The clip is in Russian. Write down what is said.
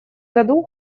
году